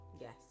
yes